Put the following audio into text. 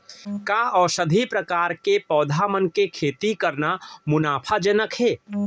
का औषधीय प्रकार के पौधा मन के खेती करना मुनाफाजनक हे?